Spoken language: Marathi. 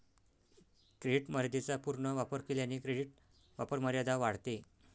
क्रेडिट मर्यादेचा पूर्ण वापर केल्याने क्रेडिट वापरमर्यादा वाढते